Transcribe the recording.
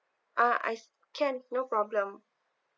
uh I can no problem